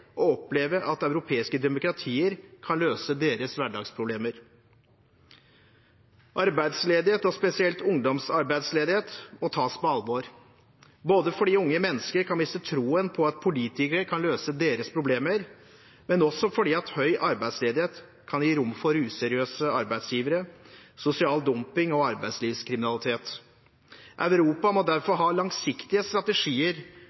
som opplever arbeidsløshet, må se og oppleve at europeiske demokratier kan løse deres hverdagsproblemer. Arbeidsledighet og spesielt ungdomsarbeidsledighet må tas på alvor, både fordi unge mennesker kan miste troen på at politikere kan løse deres problemer, og også fordi høy arbeidsledighet kan gi rom for useriøse arbeidsgivere, sosial dumping og arbeidslivskriminalitet. Europa må derfor ha langsiktige strategier